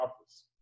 office